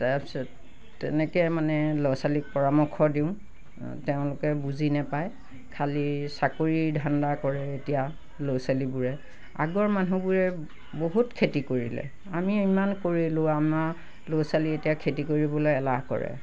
তাৰপিছত তেনেকৈ মানে ল'ৰা ছোৱালীক পৰামৰ্শ দিওঁ তেওঁলোকে বুজি নাপায় খালি চাকৰীৰ ধাণ্ডা কৰে এতিয়া ল'ৰা ছোৱালীবোৰে আগৰ মানুহবোৰে বহুত খেতি কৰিলে আমি ইমান কৰিলো আমাৰ ল'ৰা ছোৱালীয়ে এতিয়া খেতি কৰিবলৈ এলাহ কৰে